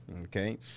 Okay